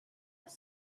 with